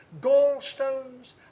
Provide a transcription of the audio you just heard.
gallstones